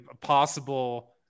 possible